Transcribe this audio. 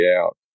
out